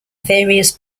various